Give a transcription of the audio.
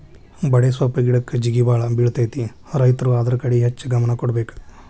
ಬಡೆಸ್ವಪ್ಪ್ ಗಿಡಕ್ಕ ಜೇಗಿಬಾಳ ಬಿಳತೈತಿ ರೈತರು ಅದ್ರ ಕಡೆ ಹೆಚ್ಚ ಗಮನ ಕೊಡಬೇಕ